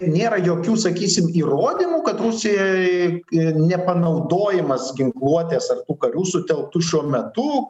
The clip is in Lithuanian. nėra jokių sakysim įrodymų kad rusijoj nepanaudojimas ginkluotės ar karių sutelktų šiuo metu